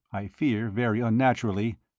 i fear, very unnaturally,